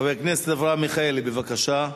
חבר הכנסת אברהם מיכאלי, בבקשה.